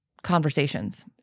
conversations